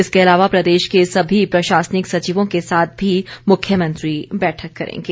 इसके अलावा प्रदेश के सभी प्रशासनिक सचिवों के साथ भी मुख्यमंत्री बैठक करेंगे